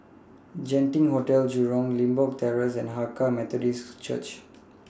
Genting Hotel Jurong Limbok Terrace and Hakka Methodist Church